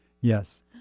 Yes